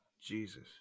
Jesus